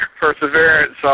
Perseverance